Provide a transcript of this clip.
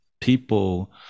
people